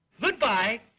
Goodbye